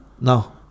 No